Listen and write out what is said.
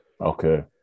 Okay